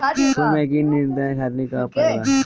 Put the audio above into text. फूल में कीट नियंत्रण खातिर का उपाय बा?